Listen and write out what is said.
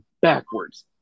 backwards